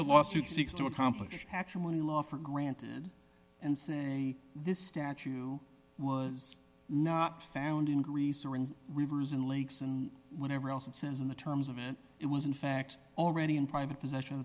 the lawsuit seeks to accomplish actually law for granted and say this statue was not found in greece or in rivers and lakes and whatever else it's in the terms of it it was in fact already in private possession of